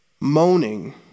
moaning